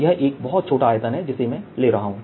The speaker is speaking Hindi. यह एक बहुत छोटा आयतन है जिसे मैं ले रहा हूँ